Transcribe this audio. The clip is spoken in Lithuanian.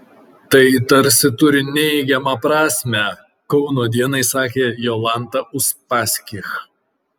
tai tarsi turi neigiamą prasmę kauno dienai sakė jolanta uspaskich